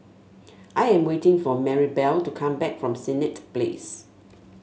I am waiting for Marybelle to come back from Senett Place